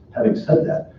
having said that,